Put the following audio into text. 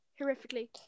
horrifically